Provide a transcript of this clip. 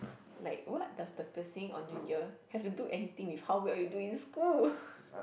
like what does the piercing on your ear have to do anything with how well you do in school